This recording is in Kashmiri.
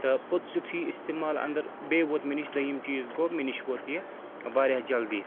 تہٕ پوٚتُس یُتھُے یہِ اِستعمال انٛدر بیٚیہِ ووت مےٚ نِش دوٚیِم چیٖز گوٚو مےٚ نِش ووت یہِ واریاہ جلدی